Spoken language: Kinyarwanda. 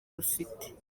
rufite